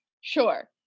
Sure